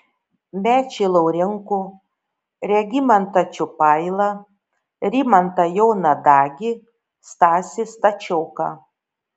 mečį laurinkų regimantą čiupailą rimantą joną dagį stasį stačioką